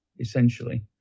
essentially